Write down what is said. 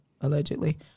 allegedly